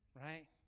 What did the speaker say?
right